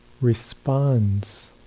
responds